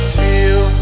feel